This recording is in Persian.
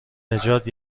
نجات